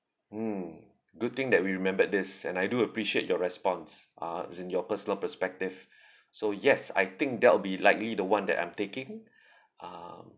mm good thing that we remembered this and I do appreciate your response uh as in your personal perspective so yes I think that will be likely the one that I'm taking um